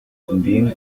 bien